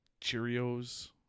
Cheerios